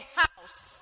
house